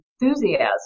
enthusiasm